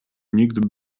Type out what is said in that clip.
nikt